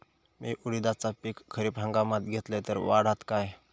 मी उडीदाचा पीक खरीप हंगामात घेतलय तर वाढात काय?